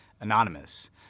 anonymous